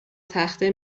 تخته